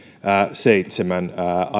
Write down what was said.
seitsemän